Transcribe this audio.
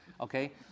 okay